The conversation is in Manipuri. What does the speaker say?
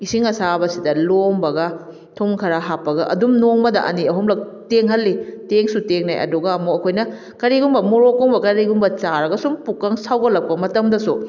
ꯏꯁꯤꯡ ꯑꯁꯥꯕꯁꯤꯗ ꯂꯣꯝꯕꯒ ꯊꯨꯝ ꯈꯔ ꯍꯥꯞꯄꯒ ꯑꯗꯨꯝ ꯅꯣꯡꯃꯗ ꯑꯅꯤ ꯑꯍꯨꯝꯂꯛ ꯇꯦꯡꯍꯜꯂꯤ ꯇꯦꯡꯁꯨ ꯇꯦꯡꯅꯩ ꯑꯗꯨꯒ ꯑꯃꯨꯛ ꯑꯩꯈꯣꯏꯅ ꯀꯔꯤꯒꯨꯝꯕ ꯃꯣꯔꯣꯛꯀꯨꯝꯕ ꯀꯔꯤꯒꯨꯝꯕ ꯆꯥꯔꯒ ꯁꯨꯝ ꯄꯨꯛꯀ ꯁꯧꯒꯠꯂꯛꯄ ꯃꯇꯝꯗꯁꯨ